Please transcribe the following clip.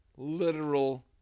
Literal